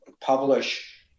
publish